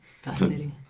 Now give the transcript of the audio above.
Fascinating